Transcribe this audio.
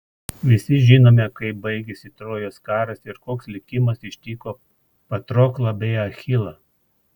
visi žinome kaip baigėsi trojos karas ir koks likimas ištiko patroklą bei achilą